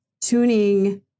tuning